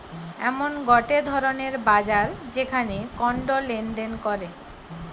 এমন গটে ধরণের বাজার যেখানে কন্ড লেনদেন করে